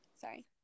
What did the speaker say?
Sorry